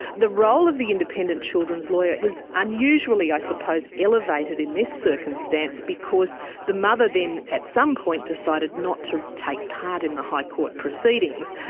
the role of the independent children's lawyer was unusually, i suppose, elevated in this circumstance because the mother then at some point decided not to take part in the high court proceedings,